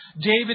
David